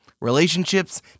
relationships